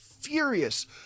Furious